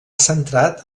centrat